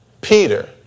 Peter